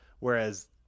Whereas